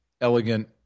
elegant